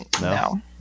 No